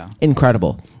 Incredible